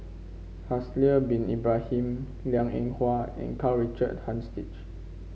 Haslir Bin Ibrahim Liang Eng Hwa and Karl Richard Hanitsch